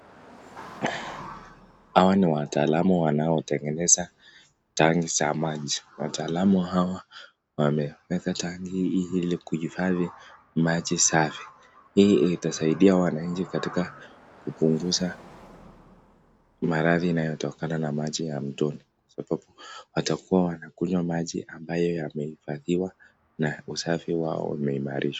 Hawa ni wataalamu wanaotengeneza tangi za maji. Wataalamu hawa wameweka tangi hii ili kuhifadhi maji safi, hii itasaidia wananchi katika kupunguza maradhi yanayotokana na maji ya mtoni, watakuwa wanakunywa maji ambayo yamehifadhiwa na usafi wao umeimarishwa.